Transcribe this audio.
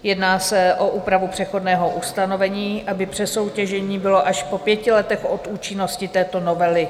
Jedná se o úpravu přechodného ustanovení, aby přesoutěžení bylo až po pěti letech od účinnosti této novely.